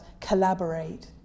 collaborate